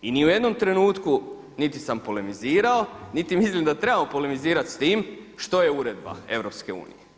I ni u jednom trenutku niti sam polemizirao niti mislim da trebamo polemizirati s tim što je uredba EU.